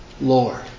Lord